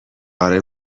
اره